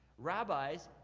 rabbis,